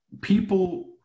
people